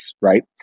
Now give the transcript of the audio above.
right